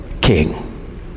king